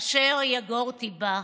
אשר יגורתי בא,